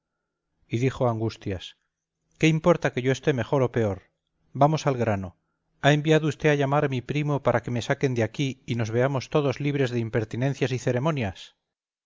y dijo a angustias qué importa que yo esté mejor o peor vamos al grano ha enviado usted a llamar a mi primo para que me saquen de aquí y nos veamos todos libres de impertinencias y ceremonias